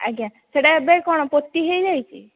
ଆଜ୍ଞା ସେଟା ଏବେ କ'ଣ ପୋତି ହୋଇଯାଇଛି